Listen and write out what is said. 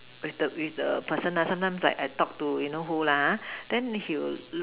with the with the person lah sometimes like I talk to you know who lah ha then he will